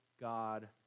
God